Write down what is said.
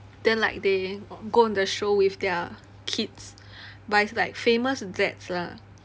then like they go on the show with their kids but it's like famous dads lah